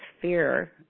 fear